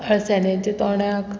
अळसाण्याच्या तोंडाक